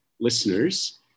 listeners